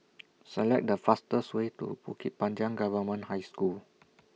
Select The fastest Way to Bukit Panjang Government High School